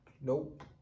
Nope